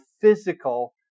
physical